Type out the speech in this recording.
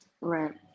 right